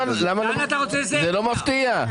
זה לא מפתיע.